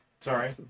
Sorry